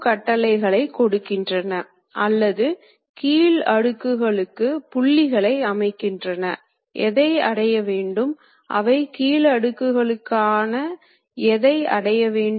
இதனால் என்ன தெரிகிறது என்றால் எந்த ஒரு உலோகம் வெட்டும் இயந்திரத்திலும் கருவியும் நகரக்கூடியதாக இருக்க வேண்டும் மற்றும் ஒர்க் பீஸும் நகரக்கூடியதாக இருக்க வேண்டும்